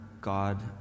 God